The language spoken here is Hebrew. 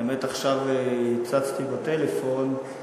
האמת, עכשיו הצצתי בטלפון,